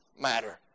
matter